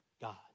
God